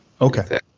Okay